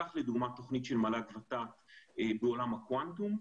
ניקח לדוגמה תוכנית של מל"ג-ות"ת בעולם הקוונטום,